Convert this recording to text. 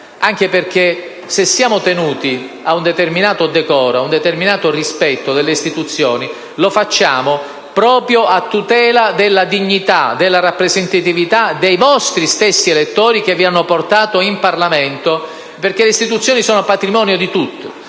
Anche perché se siamo tenuti a un determinato decoro e ad un determinato rispetto delle istituzioni, lo facciamo proprio a tutela della dignità e della rappresentatività dei nostri stessi elettori che ci hanno portato in Parlamento, perché le istituzioni sono patrimonio di tutti.